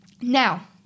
Now